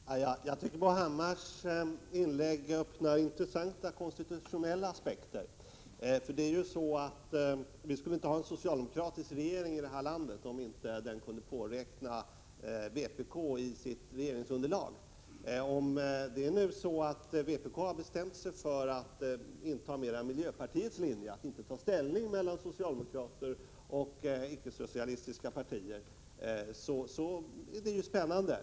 Fru talman! Jag tycker att Bo Hammars inlägg öppnar intressanta konstitutionella aspekter. Vi skulle ju inte ha en socialdemokratisk regering i det här landet, om den inte hade kunnat räkna in vpk i sitt regeringsunderlag. Om nu vpk har bestämt sig för att mer inta miljöpartiets linje att inte ta ställning mellan socialdemokraterna och de icke-socialistiska partierna blir det spännande.